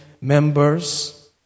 members